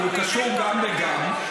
הוא קשור גם וגם.